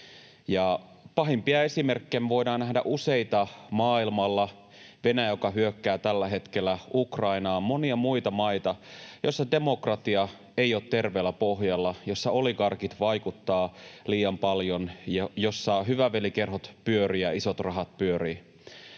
Pahimpia esimerkkejä me voidaan nähdä useita maailmalla: Venäjä, joka hyökkää tällä hetkellä Ukrainaan, monia muita maita, joissa demokratia ei ole terveellä pohjalla, joissa oligarkit vaikuttavat liian paljon ja joissa hyvä veli ‑kerhot pyörivät ja isot rahat pyörivät.